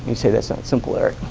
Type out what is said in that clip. and say this ah simple their